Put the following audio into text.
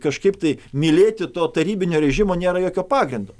kažkaip tai mylėti to tarybinio režimo nėra jokio pagrindo